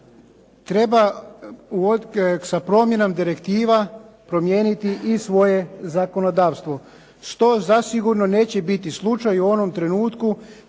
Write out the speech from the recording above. treba sa promjenom direktiva promijeniti i svoje zakonodavstvo što zasigurno neće biti slučaj u onom trenutku